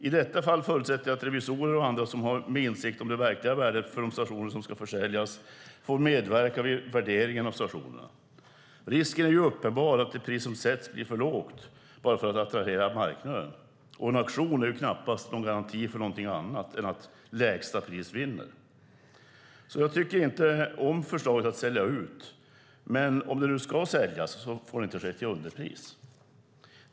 I detta fall förutsätter jag att revisorer eller andra med insikt om det verkliga värdet för de stationer som ska säljas får medverka vid värderingen av stationerna. Risken är ju uppenbar att det pris som sätts blir för lågt bara för att attrahera marknaden, och en auktion är knappast en garanti för någonting annat än att lägsta pris vinner. Jag tycker alltså inte om förslaget att sälja ut, men om man nu ska sälja får det inte ske till underpris.